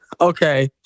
Okay